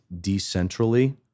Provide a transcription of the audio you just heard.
decentrally